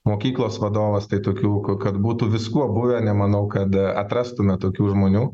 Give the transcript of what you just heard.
mokyklos vadovas tai tokių kad būtų viskuo buvę nemanau kad atrastume tokių žmonių